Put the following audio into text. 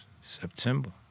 September